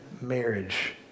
marriage